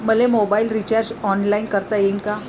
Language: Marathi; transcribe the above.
मले मोबाईल रिचार्ज ऑनलाईन करता येईन का?